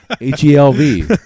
H-E-L-V